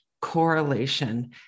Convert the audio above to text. correlation